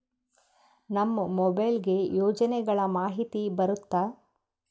ನಮ್ ಮೊಬೈಲ್ ಗೆ ಯೋಜನೆ ಗಳಮಾಹಿತಿ ಬರುತ್ತ?